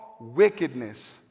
wickedness